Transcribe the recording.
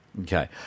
Okay